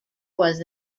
was